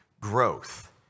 growth